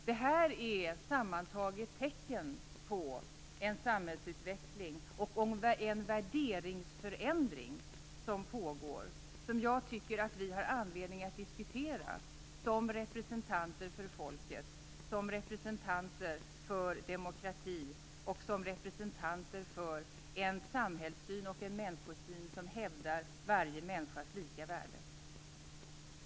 Detta är sammantaget tecken på en samhällsutveckling och en värderingsförändring som pågår, som jag tycker att vi har anledning att diskutera, som representanter för folket, som representanter för demokrati och som representanter för en samhällssyn och en människosyn som hävdar varje människas lika värde.